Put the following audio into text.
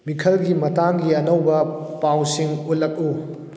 ꯃꯤꯈꯜꯒꯤ ꯃꯇꯥꯡꯒꯤ ꯑꯅꯧꯕ ꯄꯥꯎꯁꯤꯡ ꯎꯠꯂꯛꯎ